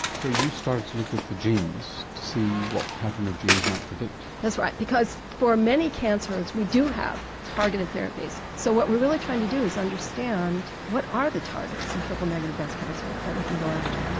so you started to look at the genes to see what pattern of genes might predict? that's right, because for many cancers we do have targeted therapies. so what we are really trying to do is understand what are the targets in triple negative breast cancer that we can go after.